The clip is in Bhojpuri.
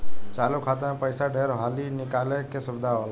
चालु खाता मे पइसा ढेर हाली निकाले के सुविधा होला